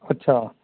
ਅੱਛਾ